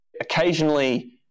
Occasionally